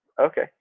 Okay